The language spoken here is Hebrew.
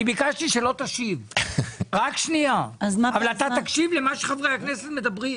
אני ביקשתי שלא תשיב אבל אתה תקשיב למה שחברי הכנסת אומרים.